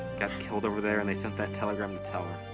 got killed over there and they sent that telegram to tell